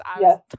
Yes